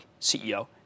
CEO